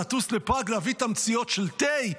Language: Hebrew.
נטוס לפראג להביא תמציות של תה?